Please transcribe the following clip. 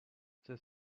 this